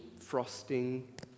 frosting